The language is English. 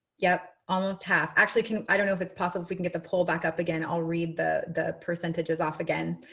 yep. almost half, actually. i don't know if it's possible we can get the poll back up again. i'll read the the percentages off again.